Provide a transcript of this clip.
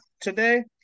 today